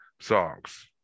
songs